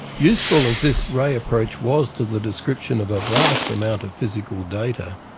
useful as this ray approach was to the description of a vast amount of physical data,